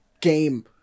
game